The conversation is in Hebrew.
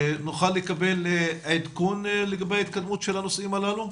נוכל לקבל עדכון לגבי ההתקדמות של הנושאים הללו?